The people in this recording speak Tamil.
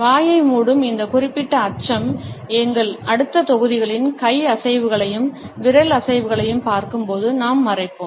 வாயை மூடும் இந்த குறிப்பிட்ட அம்சம் எங்கள் அடுத்த தொகுதிகளில் கை அசைவுகளையும் விரல் அசைவுகளையும் பார்க்கும்போது நாம் மறைப்போம்